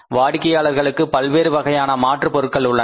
வாடிக்கையாளர்களுக்கு பல்வேறு வகையான மாற்றுப் பொருட்கள் உள்ளன